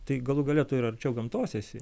tai galų gale tu ir arčiau gamtos esi